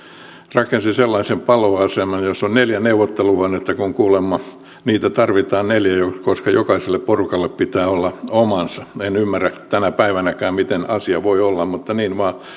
rakensi sellaisen paloaseman jossa on neljä neuvotteluhuonetta kun kuulemma niitä tarvitaan neljä koska jokaiselle porukalle pitää olla omansa en ymmärrä tänä päivänäkään miten asia voi olla niin mutta niin vain